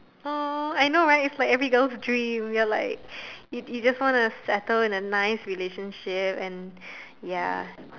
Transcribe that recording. uh I know right it's like every girl's dream you're like you you just wanna settle in a nice relationship and ya